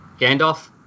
Gandalf